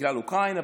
בגלל אוקראינה,